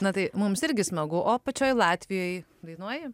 na tai mums irgi smagu o pačioj latvijoj dainuoju